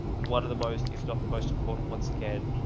one of the most, if not the most important. once again,